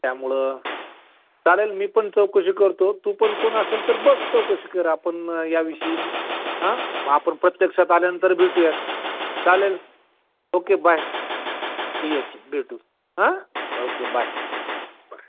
त्यामुळं चालेल मी पण चौकशी करतो तू पण कोण असेल तर बघ चौकशी कर आपण याविषयी ब् आं ब् आपण प्रत्यक्षात आल्यानंतर भेटूयात चालेल ओक्के बाय येस भेटू आं ओक्के बाय बाय बाय